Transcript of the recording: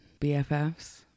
BFFs